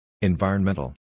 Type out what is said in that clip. Environmental